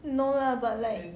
no lah but like